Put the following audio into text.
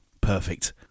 perfect